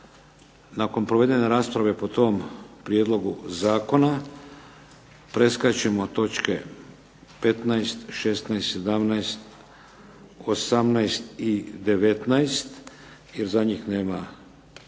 Nakon provedene rasprave po tom prijedlogu zakona preskačemo točke 15., 16., 17., 18. i 19. jer za njih nema uvjeta,